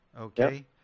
okay